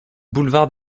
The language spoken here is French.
boulevard